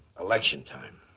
election time.